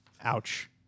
Ouch